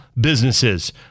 businesses